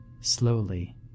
slowly